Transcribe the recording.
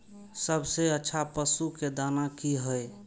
सबसे अच्छा पशु के दाना की हय?